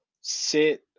sit